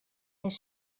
his